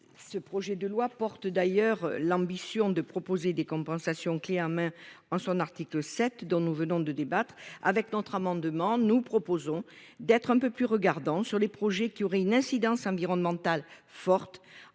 Ce projet de loi porte d'ailleurs l'ambition de proposer des compensations clefs en main en son article 7, dont nous venons de débattre. Par cet amendement, nous proposons d'être un peu plus regardants sur les projets qui auraient une incidence environnementale forte